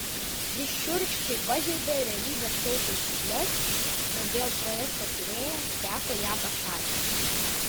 ji šiurkščiai pažeidė realybės šou taisykles todėl projekto kūrėjams teko ją pašalinti